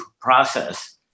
process